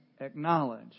acknowledge